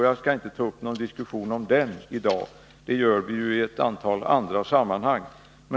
Jag skall inte ta upp någon diskussion om denna i dag — det gör vi i ett antal andra sammanhang.